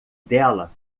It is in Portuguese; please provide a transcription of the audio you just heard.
dela